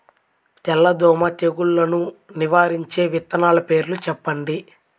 తెల్లదోమ తెగులును నివారించే విత్తనాల పేర్లు చెప్పండి?